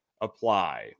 apply